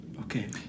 Okay